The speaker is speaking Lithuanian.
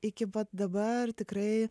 iki pat dabar tikrai